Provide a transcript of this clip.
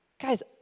guys